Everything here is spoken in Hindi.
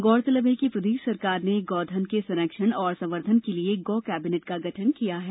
गौरतलब है कि प्रदेश सरकार ने गौ धन के संरक्षण और संवर्धन के लिये गौ कैबिनेट का गठन किया है